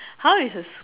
how is a s~